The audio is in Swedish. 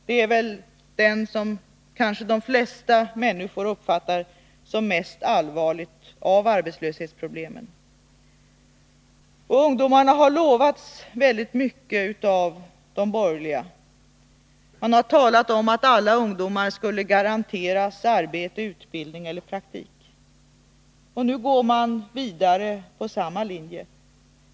Det är väl den som kanske de flesta människor uppfattar som det allvarligaste av arbetslöshetsproblemen. Ungdomarna har fått löfte om väldigt mycket av de borgerliga: man har talat om att alla ungdomar skulle garanteras arbete, utbildning eller praktik. Nu går man vidare på samma linje.